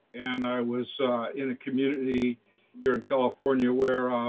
and i was in a community here in california where